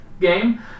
game